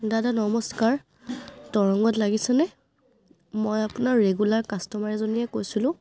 দাদা নমস্কাৰ তৰংগত লাগিছেনে মই আপোনাৰ ৰেগুলাৰ কাষ্টমাৰ এজনীয়ে কৈছিলোঁ